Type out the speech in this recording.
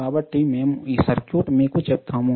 కాబట్టి మేము ఈ సర్క్యూట్ మీకు చెప్తాము